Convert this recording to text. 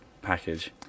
package